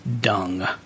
dung